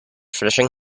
finishing